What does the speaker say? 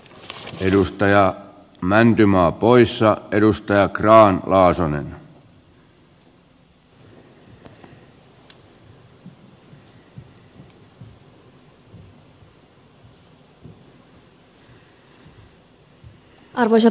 nyt edustajat mäntymaa poissa edustaja grahn arvoisa puhemies